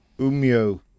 UMIO